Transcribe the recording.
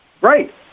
Right